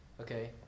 okay